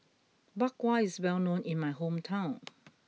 Bak Kwa is well known in my hometown